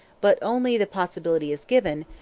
but only the possibility is given,